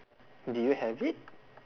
do you have it